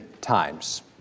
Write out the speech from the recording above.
times